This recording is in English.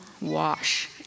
wash